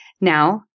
Now